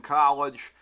college